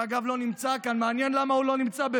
שאגב, לא נמצא כאן, מעניין למה הוא לא נמצא: